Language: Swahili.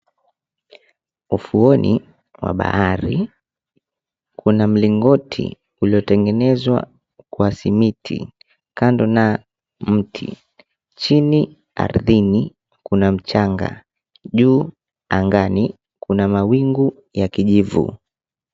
Ufuoni mwa bahari kuna mlingoti uliotengenezwa kwa simiti kando na mti. Chini ardhini kuna mchanga, juu angani kuna mawingu ya kijivu .